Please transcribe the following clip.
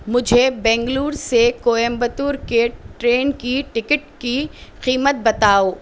مجھے بنگلور سے کویمبتور کے ٹرین کی ٹکٹ کی قیمت بتاؤ